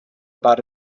about